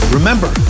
Remember